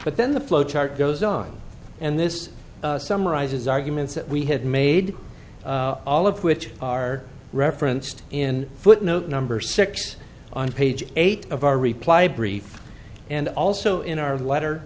but then the flow chart goes on and this summarizes arguments that we had made all of which are referenced in footnote number six on page eight of our reply brief and also in our letter